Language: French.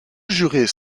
jurés